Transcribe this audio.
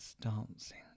dancing